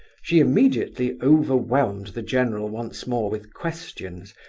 she immediately overwhelmed the general once more with questions,